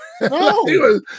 No